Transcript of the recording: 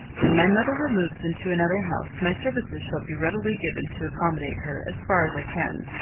when my mother removes into another house my services shall be readily given to accommodate her as far as i can.